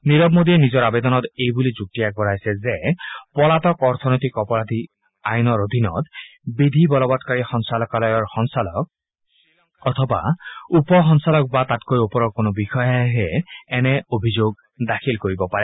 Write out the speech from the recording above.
নীৰৱ মোদীয়ে নিজৰ আৱেদনত এইবুলি যুক্তি আগবঢ়াইছে যে পলাতক অৰ্থনৈতিক অপৰাধী আইনৰ অধীনত বিধি বলবৎকাৰী সঞ্চালকালয়ৰ সঞ্চালক অথবা উপ সঞ্চালক বা তাতকৈ ওপৰৰ কোনো বিষয়াইহে এনে অভিযোগ দাখিল কৰিব পাৰে